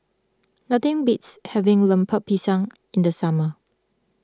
nothing beats having Lemper Pisang in the summer